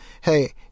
hey